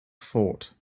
thought